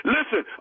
Listen